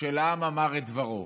של "העם אמר את דברו".